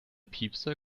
piepser